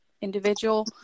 individual